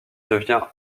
devient